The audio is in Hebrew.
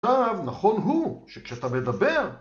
אבל נכון הוא שכשאתה מדבר